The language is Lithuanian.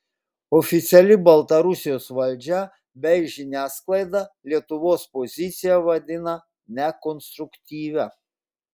oficiali baltarusijos valdžia bei žiniasklaida lietuvos poziciją vadina nekonstruktyvia